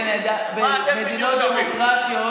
במדינות דמוקרטיות.